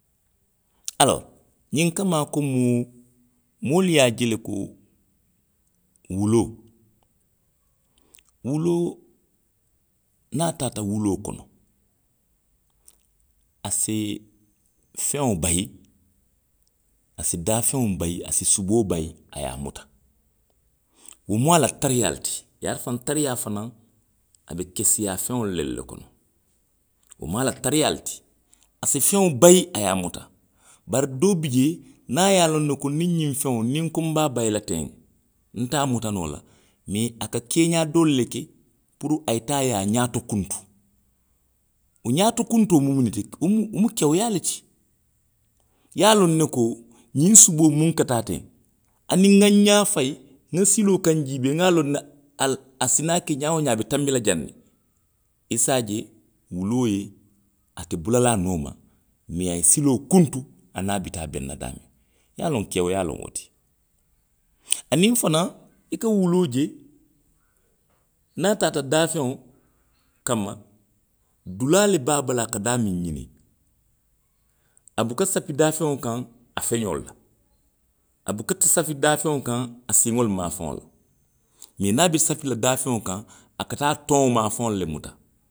Niŋ a tio ka tio le taa a ka a ke sawundaŋo kono a ka, a ka a yooyaa. niŋ ite fanaŋ naata. i ye a ka sawundaŋo kono i ye a yooyaa, i bi naa la le. Woto i se a loŋ ko, ate, a maŋ tara a tio fee. mee a be a la, a faŋ ne fee, a be a la baluolu le fee, wolu le ye a tinna, aaa siisee la kuolu, nŋa, nŋa ňiŋ ne loŋ jee to. Iyoo siisee fanaŋ. niŋ i ye a je jamaa jamaa, i, i ka tara tuuri daala, tuuroo ka tara daamiŋ. i ka tara wo le to jamaa jamaa. kaatu tuuroo. tuuri dulaa to. tuuroo be ke la siiňaa kiliŋ piŋ, piŋ, piŋ. wo ka atelu kili le. nko i ka a loŋ ne wo dulaa to de a si naa ke ňaa woo ňaa i be feŋ tonboŋ na jee le. i fanaŋ ye wo loŋ ne. Wo to, siisee ka tara yeetiriŋ, tuuri, tuuri kaŋo la le. Niŋ a ye tuuroo moyi daamiŋ. a ka jee bayindi le. a ka tuuroo, tuuroo moyi daamiŋ a ka jee bayindi le. Iyoo wo le ye a tinna i ko niŋ i ye, niŋ i ye fenkoo je, niŋ i ye siisee je a be bula la jiibiilaalu nooma, i se a loŋ ko tuurillaalu wolu le filita a ma; niŋ wonteŋ siisee, a ka tuuri kaŋo le bayindi. mee a nene maŋ dunilaa bayindi, parisiko tuuri dulaa, feŋ si joloŋ noo wo le to ate muŋ tonboŋ noo la, bari muŋ be sio kono niŋ wo boyita duuma. wo be, wo be disuudiri la le, ate, ate wo miŋ noo la.